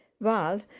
Val